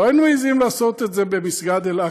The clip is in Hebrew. לא היינו מעזים לעשות את זה במסגד אל-אקצא,